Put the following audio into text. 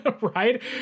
right